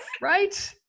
Right